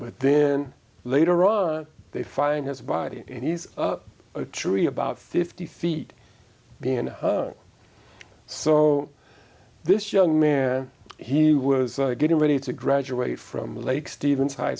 but then later on they find his body and he's up a tree about fifty feet being hung so this young man he was getting ready to graduate from lake stevens high